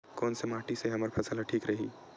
कोन से माटी से हमर फसल ह ठीक रही?